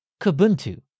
Kubuntu